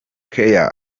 cara